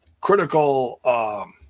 critical